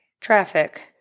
traffic